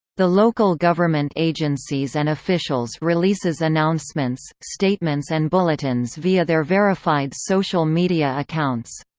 the local government agencies and officials releases announcements, statements and bulletins via their verified social media accounts.